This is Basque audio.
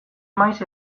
maiz